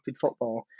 football